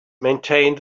maintained